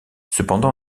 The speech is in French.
cependant